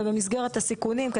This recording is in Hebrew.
ובמסגרת הסיכונים,